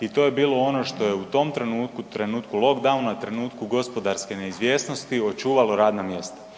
i to je bilo ono što je u tom trenutku lockdowna, trenutku gospodarske neizvjesnosti očuvalo radna mjesta,